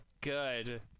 good